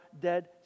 dead